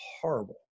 horrible